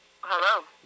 Hello